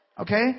Okay